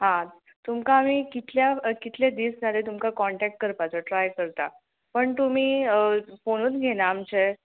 आं तुमकां आमी कितल्या कितले दीस जाले तुमकां कॉण्टॅक करपाचो ट्राय करता पूण तुमी फोनूच घेयना आमचे